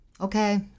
Okay